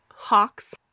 Hawks